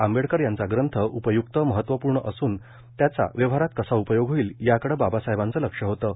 आंबेडकर यांचा ग्रंथ उपय्क्त महत्वपूर्ण असून त्याचा व्यवहारात कसा उपयोग होईल याकडं बाबासाहेबांचं लक्ष होतं